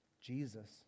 Jesus